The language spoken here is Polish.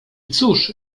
cóż